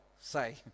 say